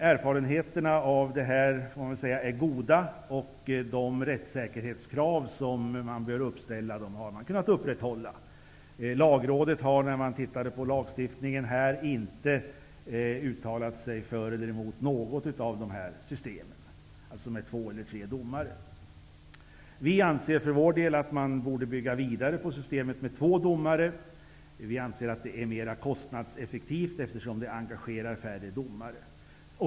Erfarenheterna av detta får sägas vara goda, och de rättssäkerhetskrav som bör uppställas har kunnat upprätthållas. Lagrådet har när det granskat lagförslagen inte uttalat sig för eller emot vare sig ett system med två eller med tre domare. Vi anser för vår del att man borde bygga vidare på systemet med två domare. Det är mera kostnadseffektivt, eftersom det engagerar färre domare.